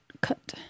cut